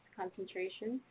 concentration